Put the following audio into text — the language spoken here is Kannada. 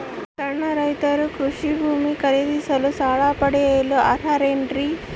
ಸಣ್ಣ ರೈತರು ಕೃಷಿ ಭೂಮಿ ಖರೇದಿಸಲು ಸಾಲ ಪಡೆಯಲು ಅರ್ಹರೇನ್ರಿ?